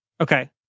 Okay